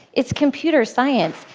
it's computer science,